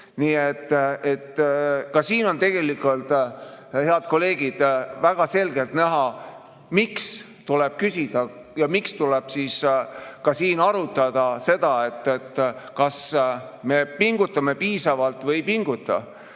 Nii et ka siin on tegelikult, head kolleegid, väga selgelt näha, miks tuleb küsida ja miks tuleb ka siin arutada seda, kas me pingutame piisavalt oma riigi